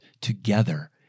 together